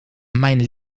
mijn